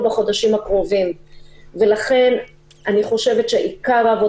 כי אלה קריטריונים שעשויים